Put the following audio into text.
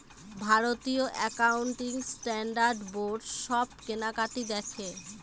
ভারতীয় accounting standard board সব কেনাকাটি দেখে